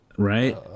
Right